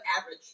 average